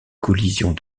collisions